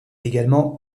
également